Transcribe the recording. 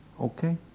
Okay